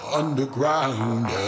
underground